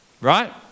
right